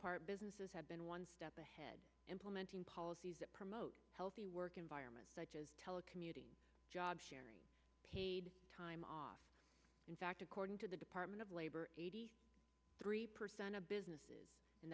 part businesses have been one step ahead implementing policies that promote healthy work environment such as telecommuting job sharing paid time off in fact according to the department of labor eighty three percent of businesses